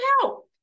help